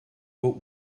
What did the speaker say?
but